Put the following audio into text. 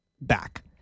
back